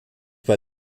bei